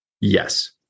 Yes